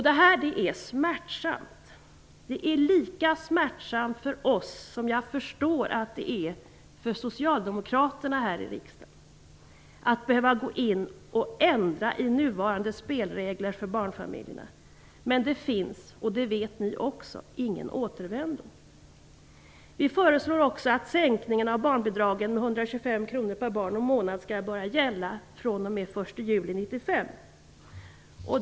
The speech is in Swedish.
Det här är lika smärtsamt för oss som jag förstår att det är för socialdemokraterna här i riksdagen, att behöva gå in och ändra nuvarande spelregler för barnfamiljerna, men det finns ingen - och det vet ni också - återvändo. Vi föreslår också att sänkningen av barnbidragen med 125 kr per barn och månad skall börja gälla fr.o.m. 1 juli 1995.